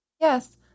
Yes